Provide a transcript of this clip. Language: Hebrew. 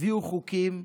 הביאו חוקים,